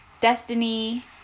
Destiny